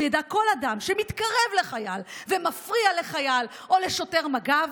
וידע כל אדם שמתקרב לחייל ומפריע לחייל או לשוטר מג"ב,